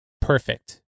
perfect